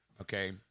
okay